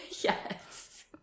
Yes